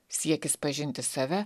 siekis pažinti save